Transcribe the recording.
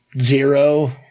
Zero